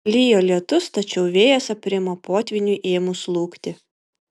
lijo lietus tačiau vėjas aprimo potvyniui ėmus slūgti